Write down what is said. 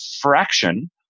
fraction